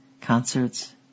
concerts